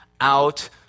out